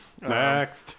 Next